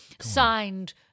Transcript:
Signed